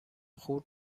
خورد